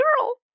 girl